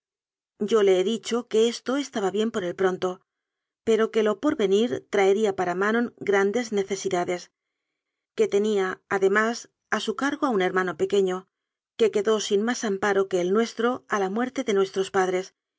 yo le he dicho que esto estaba bien por el pronto pero que lo porvenir traería para manon grandes necesi dades que tenía además a su cargo un hermano pequeño que quedó sin más amparo que el nues tro a la muerte de nuestros padres